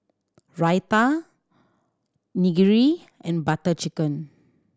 Raita Onigiri and Butter Chicken